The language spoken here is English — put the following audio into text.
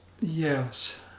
Yes